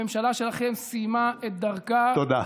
הממשלה שלכם סיימה את דרכה, תודה.